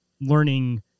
learning